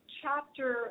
chapter